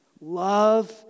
Love